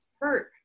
hurt